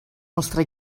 nostre